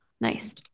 Nice